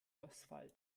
asphalt